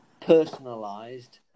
personalized